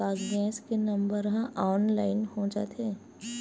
का गैस के नंबर ह ऑनलाइन हो जाथे?